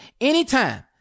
anytime